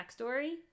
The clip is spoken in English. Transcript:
backstory